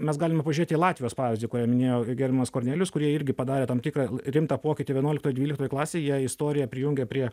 mes galime pažiūrėti į latvijos pavyzdį kurią minėjo gerbiamas kornelijus kurie irgi padarė tam tikrą rimtą pokytį vienuoliktoj dvyliktoj klasėj jie istoriją prijungė prie